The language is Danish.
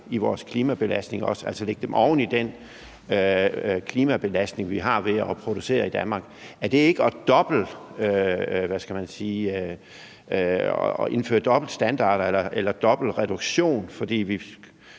i vores klimabelastning, altså lægge det oven i den klimabelastning, vi har ved at producere i Danmark. Er det ikke – hvad skal man sige – at indføre dobbelt reduktion? For vi